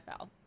NFL